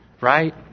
right